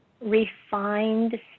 refined